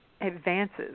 advances